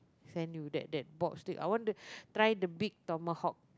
send you that that bob steak I want to try the big Tomahawk